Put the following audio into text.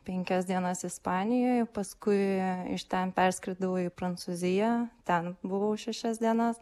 penkias dienas ispanijoje paskui iš ten perskridau į prancūziją ten buvau šešias dienas